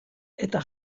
eta